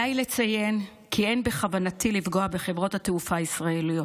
עליי לציין כי אין בכוונתי לפגוע בחברות התעופה הישראליות.